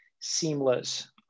seamless